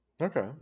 Okay